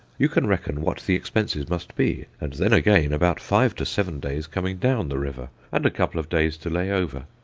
you can reckon what the expenses must be, and then again about five to seven days coming down the river, and a couple of days to lay over.